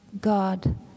God